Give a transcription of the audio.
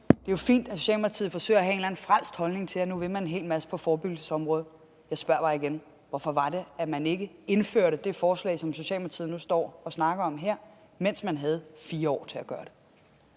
Det er jo fint, at Socialdemokratiet forsøger at have en eller anden frelst holdning til nu at ville en hel masse på forebyggelsesområdet, men jeg spørger bare igen: Hvorfor var det, at man ikke indførte det forslag, som Socialdemokratiet nu står og snakker om her, mens man havde 4 år til at gøre det?